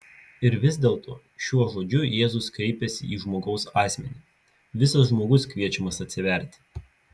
ir vis dėlto šiuo žodžiu jėzus kreipiasi į žmogaus asmenį visas žmogus kviečiamas atsiverti